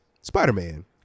Spider-Man